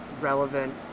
relevant